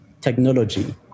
technology